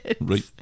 Right